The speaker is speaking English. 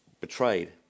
betrayed